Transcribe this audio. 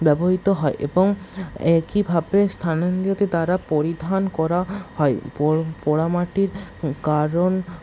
ব্যবহৃত হয় এবং একইভাবে তারা পরিধান করা হয় পোড়ামাটির কারণ